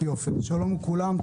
שלום לכולם,